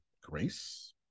Grace